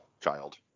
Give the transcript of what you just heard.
child